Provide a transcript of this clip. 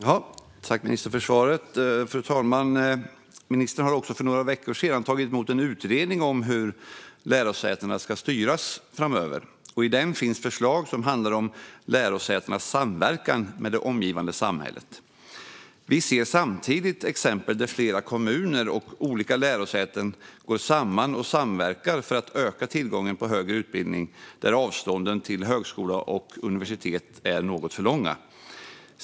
Fru talman! Tack, ministern, för svaret! Ministern har också för några veckor sedan tagit emot en utredning om hur lärosätena ska styras framöver. I den finns förslag som handlar om lärosätenas samverkan med det omgivande samhället. Vi ser samtidigt exempel där flera kommuner och olika lärosäten går samman och samverkar för att öka tillgången på högre utbildning där avstånden till högskolor och universitet är något för långa.